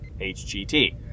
HGT